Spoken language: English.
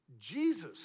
Jesus